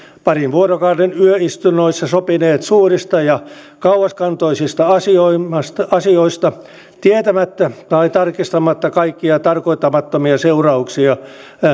parin vuorokauden yöistunnoissa sopineet suurista ja kauaskantoisista asioista asioista tietämättä tai tarkistamatta kaikkia tarkoittamattomia seurauksia